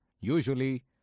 usually